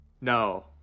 No